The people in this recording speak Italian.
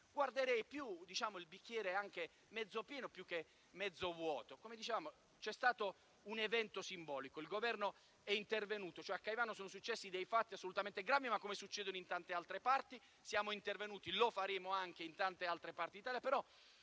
vedrei il bicchiere mezzo pieno, piuttosto che mezzo vuoto. Come dicevamo, c'è stato un evento simbolico e il Governo è intervenuto; a Caivano sono accaduti fatti assolutamente gravi come avvengono da tante altre parti; siamo intervenuti, lo faremo anche in tante altre parti d'Italia.